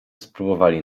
spróbowali